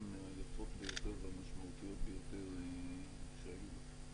היפות ביותר והמשמעותיות ביותר שהיו לה.